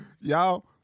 y'all